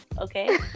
okay